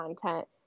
content